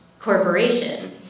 corporation